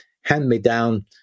hand-me-down